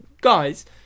Guys